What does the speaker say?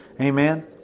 Amen